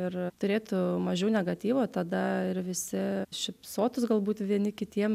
ir turėtų mažiau negatyvo tada ir visi šypsotųs galbūt vieni kitiem